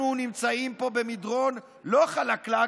אנחנו נמצאים פה במדרון לא חלקלק,